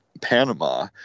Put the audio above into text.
Panama